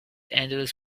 endless